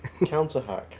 CounterHack